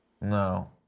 No